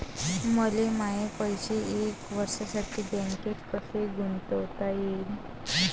मले माये पैसे एक वर्षासाठी बँकेत कसे गुंतवता येईन?